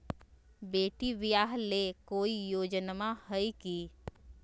बेटी ब्याह ले कोई योजनमा हय की?